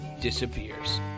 disappears